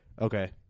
Okay